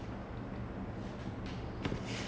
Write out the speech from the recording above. she will just give it to me whenever she makes it